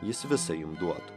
jis visą jums duotų